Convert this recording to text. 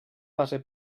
base